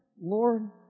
Lord